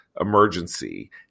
emergency